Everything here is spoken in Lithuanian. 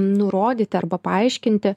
nurodyti arba paaiškinti